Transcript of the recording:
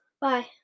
Bye